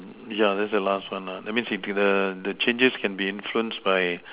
yeah that's the last one lah that's means if the the changes can be influence by